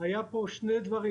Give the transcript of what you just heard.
היו פה שני דברים.